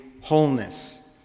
wholeness